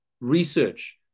research